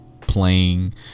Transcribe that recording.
playing